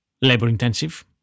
labor-intensive